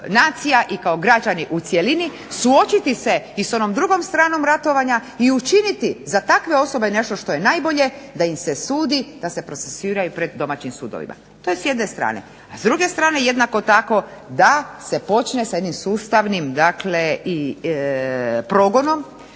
i kao građani u cjelini suočiti se i s onom drugom stranom ratovanja i učiniti za takve osobe nešto što je najbolje da im se sudi, da se procesuira i pred domaćim sudovima. To je s jedne strane, a s druge strane jednako tako da se počne sa jednim sustavnim progonom